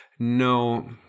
No